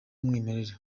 w’umwimerere